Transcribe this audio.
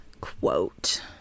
quote